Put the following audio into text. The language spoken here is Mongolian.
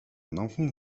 номхон